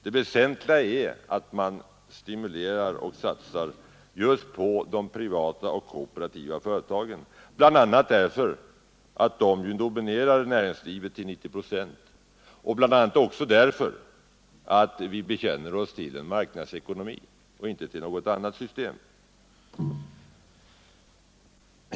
Det väsentliga är att man satsar just på de privata och kooperativa företagen, bl.a. därför att de dominerar näringslivet och därför att vi bekänner oss till en marknadsekonomi och inte till något annat system.